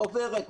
עוברת,